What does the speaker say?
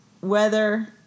weather